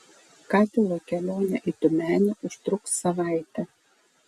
katilo kelionė į tiumenę užtruks savaitę